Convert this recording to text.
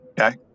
Okay